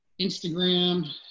Instagram